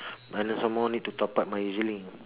minus some more need to top up my E_Z link